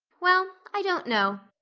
well, i don't know.